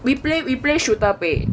we play we play shooter way